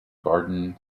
garden